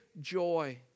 joy